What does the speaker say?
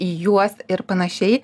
į juos ir panašiai